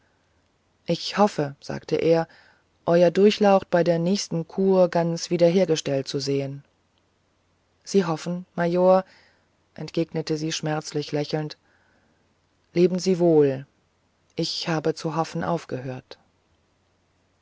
ich hoffe sagte er euer durchlaucht bei der nächsten cour ganz hergestellt wiederzusehen sie hoffen major entgegnete sie schmerzlich lächelnd leben sie wohl ich habe zu hoffen aufgehört